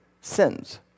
sins